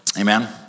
Amen